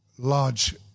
large